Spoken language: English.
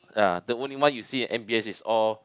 ya the only one you see at M_B_S is all